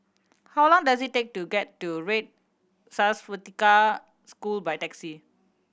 how long does it take to get to Red Swastika School by taxi